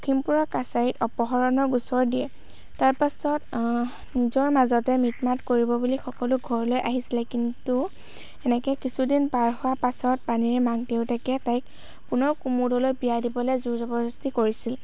লখিমপুৰৰ কাছাৰীত অপহৰণৰ গোচৰ দিয়ে তাৰপাছত নিজৰ মাজতে মিত মাত কৰিব বুলি সকলো ঘৰলৈ আহিছিলে কিন্তু এনেকৈ কিছুদিন পাৰ হোৱাৰ পাছত পানেইৰ মাক দেউতাকে তাইক পুনৰ কুমুদলৈ বিয়া দিবলৈ জোৰ জবৰদস্তি কৰিছিল